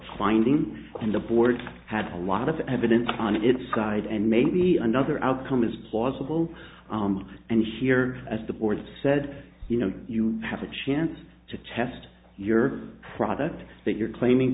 finding and the board had a lot of evidence on its side and maybe another outcome is plausible and here as the board said you know you have a chance to test your product that you're claiming